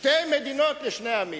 שתי מדינות לשני עמים.